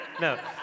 No